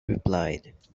replied